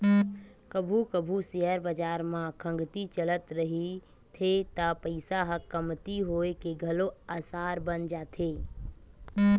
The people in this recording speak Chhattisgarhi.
कभू कभू सेयर बजार म खंगती चलत रहिथे त पइसा ह कमती होए के घलो असार बन जाथे